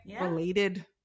related